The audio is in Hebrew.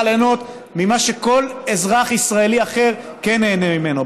ליהנות ממה שכל אזרח ישראלי אחר כן נהנה ממנו.